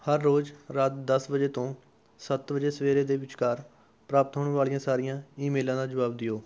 ਹਰ ਰੋਜ਼ ਰਾਤ ਦਸ ਵਜੇ ਤੋਂ ਸੱਤ ਵਜੇ ਸਵੇਰੇ ਦੇ ਵਿਚਕਾਰ ਪ੍ਰਾਪਤ ਹੋਣ ਵਾਲੀਆਂ ਸਾਰੀਆਂ ਈਮੇਲਾਂ ਦਾ ਜਵਾਬ ਦਿਓ